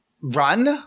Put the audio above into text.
run